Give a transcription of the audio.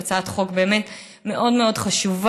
זו הצעת חוק באמת מאוד מאוד חשובה.